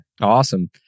Awesome